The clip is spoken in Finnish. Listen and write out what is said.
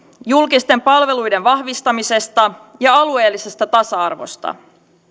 julkisten palveluiden vahvistamisesta ja alueellisesta tasa arvosta